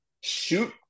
shoot